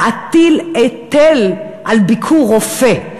להטיל היטל על ביקור רופא,